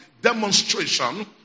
demonstration